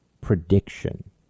prediction